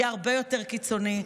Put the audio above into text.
תהיה הרבה יותר קיצונית.